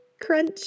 crunch